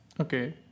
Okay